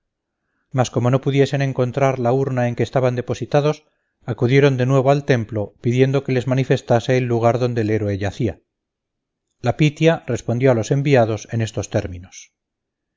mas como no pudiesen encontrar la urna en que estaban depositados acudieron de nuevo al templo pidiendo se les manifestase el lugar donde el héroe yacía la pitia respondió a los enviados en estos términos